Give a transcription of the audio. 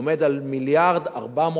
עומד על 1.450 מיליארד,